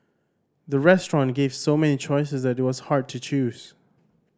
the restaurant gave so many choices that it was hard to choose